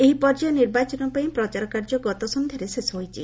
ଏହି ପର୍ଯ୍ୟାୟ ନିର୍ବାଚନ ପାଇଁ ପ୍ରଚାରକାର୍ଯ୍ୟ ଗତ ସଂଧ୍ଘାରେ ଶେଷ ହୋଇଛି